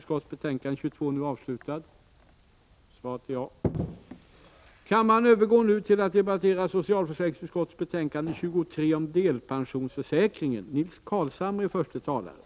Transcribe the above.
Kammaren övergår nu till att debattera näringsutskottets betänkande 21 om offentliga styrelseledamöter i vissa stiftelser.